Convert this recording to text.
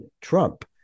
Trump